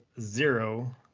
zero